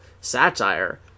satire